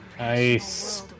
Nice